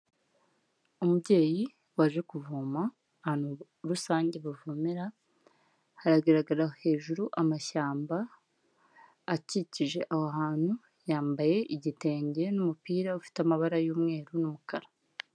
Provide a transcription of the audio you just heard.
Umubyeyi waje kuvoma ahantu rusange bavomera, haragaragara hejuru amashyamba akikije aho hantu, yambaye igitenge n'umupira ufite amabara y'umweru n'umukara.